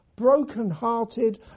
broken-hearted